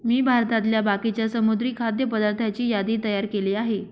मी भारतातल्या बाकीच्या समुद्री खाद्य पदार्थांची यादी तयार केली आहे